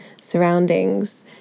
surroundings